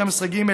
12(ג),